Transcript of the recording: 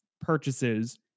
purchases